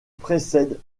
précède